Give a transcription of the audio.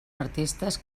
artistes